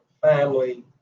family